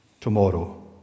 tomorrow